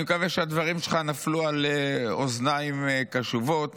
אני מקווה שהדברים שלך נפלו על אוזניים קשובות